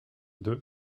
deux